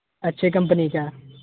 اچھے کمپنی کا